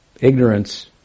ignorance